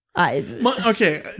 Okay